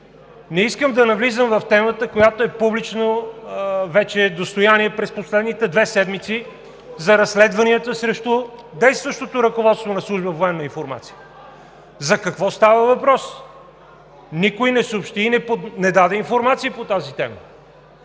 Не искам да навлизам в темата, която вече е публично достояние през последните две седмици – за разследванията срещу действащото ръководство на Служба „Военна информация“. За какво става въпрос? Никой не съобщи и не даде информация по тази тема.